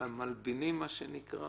המלבינים מה שנקרא